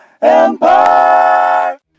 Empire